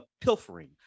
pilfering